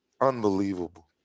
unbelievable